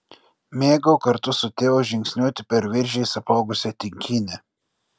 mėgau kartu su tėvu žingsniuoti per viržiais apaugusią dykynę